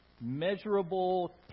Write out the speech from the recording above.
measurable